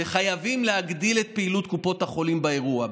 וחייבים להגדיל את פעילות קופות החולים באירוע.